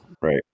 right